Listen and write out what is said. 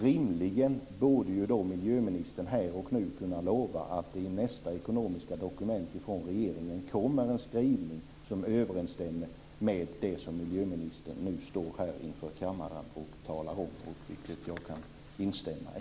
Rimligen borde då miljöministern här och nu kunna lova att det i nästa ekonomiska dokument från regeringen kommer en skrivning som överensstämmer med det som miljöministern nu står här inför kammaren och talar om och vilket jag kan instämma i.